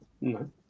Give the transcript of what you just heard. No